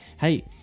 hey